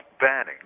banning